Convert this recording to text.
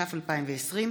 התש"ף 2020,